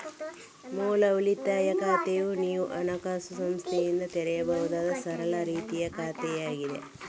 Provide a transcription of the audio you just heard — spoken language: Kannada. ಮೂಲ ಉಳಿತಾಯ ಖಾತೆಯು ನೀವು ಹಣಕಾಸು ಸಂಸ್ಥೆಯೊಂದಿಗೆ ತೆರೆಯಬಹುದಾದ ಸರಳ ರೀತಿಯ ಖಾತೆಯಾಗಿದೆ